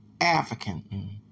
african